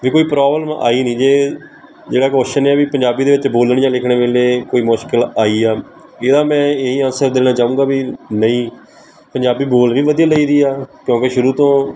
ਜੇ ਕੋਈ ਪ੍ਰੋਬਲਮ ਆਈ ਨਹੀਂ ਜੇ ਜਿਹੜਾ ਕੁਸ਼ਚਨ ਆ ਵੀ ਪੰਜਾਬੀ ਦੇ ਵਿੱਚ ਬੋਲਣ ਜਾਂ ਲਿਖਣ ਵੇਲੇ ਕੋਈ ਮੁਸ਼ਕਲ ਆਈ ਆ ਇਹਦਾ ਮੈਂ ਇਹੀ ਆਨਸਰ ਦੇਣਾ ਚਾਹੂੰਗਾ ਵੀ ਨਹੀਂ ਪੰਜਾਬੀ ਬੋਲ ਵੀ ਵਧੀਆ ਲਈ ਦੀ ਆ ਕਿਉਂਕਿ ਸ਼ੁਰੂ ਤੋਂ